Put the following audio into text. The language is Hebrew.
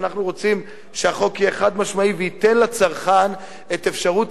ואנחנו רוצים שהחוק יהיה חד-משמעי וייתן לצרכן את אפשרות